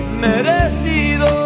merecido